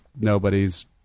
nobody's